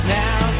now